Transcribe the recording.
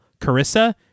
Carissa